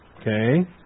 Okay